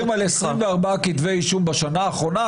על 26 כתבי אישום בשנה האחרונה,